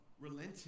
relenting